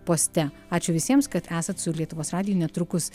poste ačiū visiems kad esat su lietuvos radiju netrukus